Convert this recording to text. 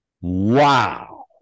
wow